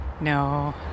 No